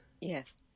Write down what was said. Yes